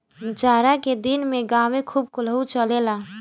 जाड़ा के दिन में गांवे खूब कोल्हू चलेला